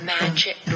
magic